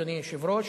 אדוני היושב-ראש,